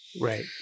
Right